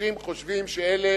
אנשים חושבים שאלה